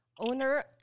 owner